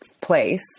place